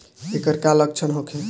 ऐकर का लक्षण होखे?